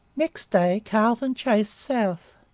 next day carleton chased south.